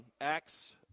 Acts